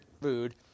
food